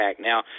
now